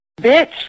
bitch